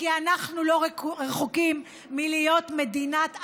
אנחנו לא רחוקים מלהיות מדינת ארדואן.